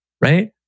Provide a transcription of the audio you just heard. Right